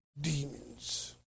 demons